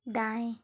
दाएँ